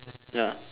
ya